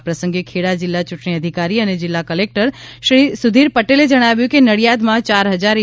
આ પ્રસંગે ખેડા જિલ્લા ચૂંટણી અધિકારી અને જિલ્લા કલેક્ટર શ્રી સુધીર પટેલે જણાવ્યું છે કે નડીયાદમાં ચાર હજાર ઇ